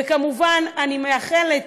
וכמובן, אני מאחלת